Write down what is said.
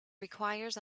requires